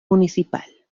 municipal